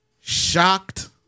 Shocked